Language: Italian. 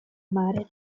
mare